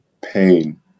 pain